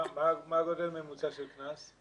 מה הגובה הממוצע של קנס?